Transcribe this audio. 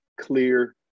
clear